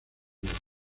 miedo